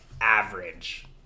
average